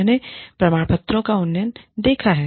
मैंने प्रमाणपत्रों का उन्नयन देखा है